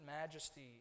majesty